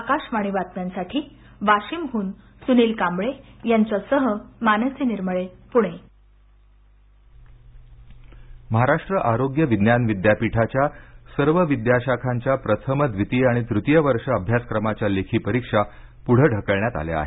आकाशवाणी बातम्यांसाठी वाशिम्हून सुनील कांबळे यांच्यासह मानसी निर्मळे पुणे आरोग्य विद्यापीठ महाराष्ट्र आरोग्य विज्ञान विद्यापीठाच्या सर्व विद्याशाखांच्या प्रथम व्दितीय आणि तृतीय वर्ष अभ्यासक्रमाच्या लेखी परीक्षा पुढं ढकलण्यात आल्या आहेत